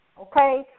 okay